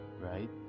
right